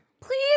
Please